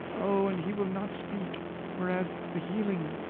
oh, and he will not speak whereas, the healing,